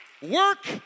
Work